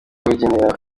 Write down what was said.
yabugenewe